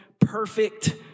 perfect